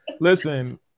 listen